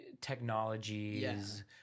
technologies